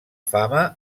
fama